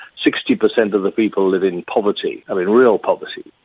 sixty percent of the people live in poverty, i mean real poverty,